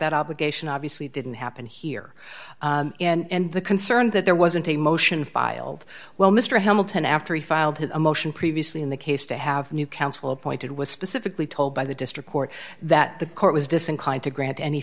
that obligation obviously didn't happen here and the concern that there wasn't a motion filed well mr hamilton after we filed had a motion previously in the case to have new counsel appointed was specifically told by the district court that the court was disinclined to grant any